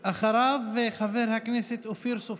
אחריו, חבר הכנסת אופיר סופר.